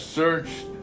searched